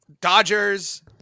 Dodgers